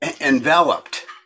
Enveloped